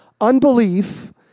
Unbelief